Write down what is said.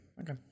Okay